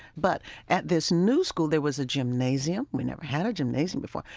but at this new school, there was a gymnasium. we'd never had a gymnasium before.